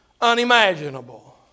unimaginable